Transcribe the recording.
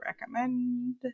recommend